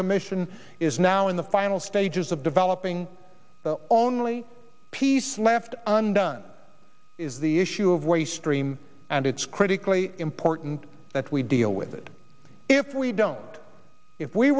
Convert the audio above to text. commission is now in the final stages of developing the only piece left undone is the issue of waste stream and it's critically important that we deal with it if we don't if we